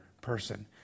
person